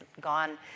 gone